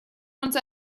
uns